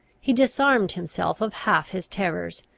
he disarmed himself of half his terrors,